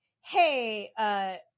Hey